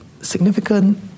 significant